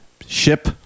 ship